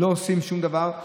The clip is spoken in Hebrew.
לא עושים שום דבר.